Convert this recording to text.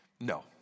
no